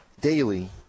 daily